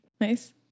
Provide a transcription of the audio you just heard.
Nice